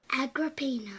Agrippina